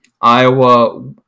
Iowa